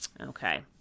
Okay